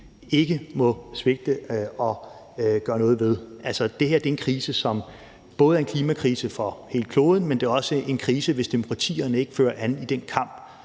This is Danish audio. ikke må svigte at gøre noget ved. Det her er en krise, som er en klimakrise for hele kloden, men det er også en krise, hvis demokratierne ikke fører an i kampen